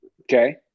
Okay